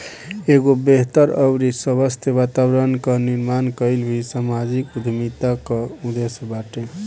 एगो बेहतर अउरी स्वस्थ्य वातावरण कअ निर्माण कईल भी समाजिक उद्यमिता कअ उद्देश्य बाटे